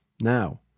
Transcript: Now